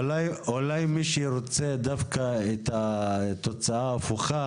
אולי מי שרוצה דווקא את התוצאה ההפוכה